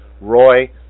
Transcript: Roy